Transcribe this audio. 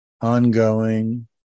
ongoing